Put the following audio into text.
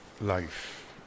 life